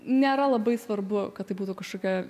nėra labai svarbu kad tai būtų kažkokia